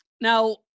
Now